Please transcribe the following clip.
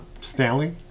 Stanley